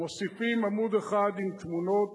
מוסיפים עמוד אחד עם תמונות,